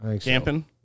Camping